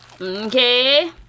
Okay